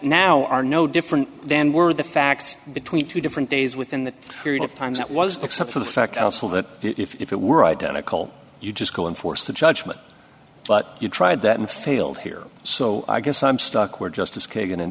now are no different than were the facts between two different days within that period of time that was except for the fact that if it were identical you just go and force the judgement but you tried that and failed here so i guess i'm stuck where justice kagan